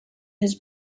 his